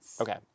Okay